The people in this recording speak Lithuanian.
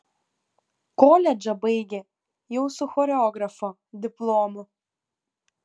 koledžą baigė jau su choreografo diplomu